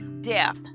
death